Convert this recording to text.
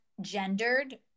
gendered